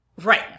Right